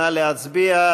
נא להצביע.